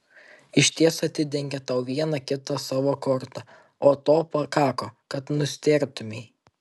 išties atidengė tau vieną kitą savo kortą o to pakako kad nustėrtumei